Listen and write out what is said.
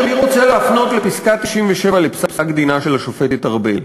אני רוצה להפנות לפסקה 97 בפסק-דינה של השופטת ארבל.